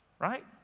right